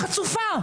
חצופה.